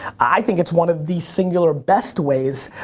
i think it's one of the singular best ways,